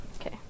Okay